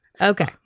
okay